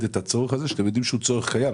את הצורך הזה כשאתם יודעים שהוא צורך קיים.